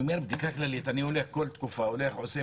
בדיקה כללית אני כל תקופה עושה.